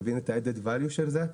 מבין את הערך המוסף של זה,